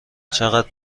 چقدر